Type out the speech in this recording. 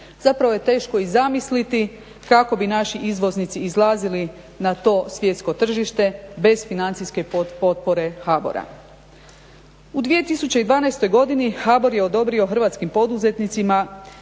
Zapravo je teško i zamisliti kako bi naši izvoznici izlazili na to svjetsko tržište bez financijske potpore HBOR-a. U 2012. godini HBOR je odobrio hrvatskim poduzetnicima